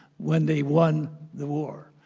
when they won the war.